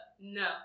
No